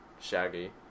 Shaggy